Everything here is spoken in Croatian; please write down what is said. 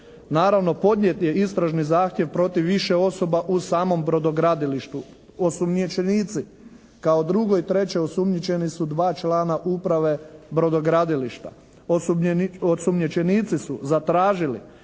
Naravno podnijet je istražni zahtjev protiv više osoba u samom brodogradilištu. Osumnjičenici. Kao drugo i treće osumnjičeni su dva člana uprave brodogradilišta. Osumnjičenici su zatražili